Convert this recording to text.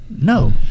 No